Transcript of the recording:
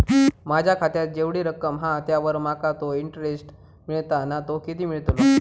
माझ्या खात्यात जेवढी रक्कम हा त्यावर माका तो इंटरेस्ट मिळता ना तो किती मिळतलो?